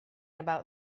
about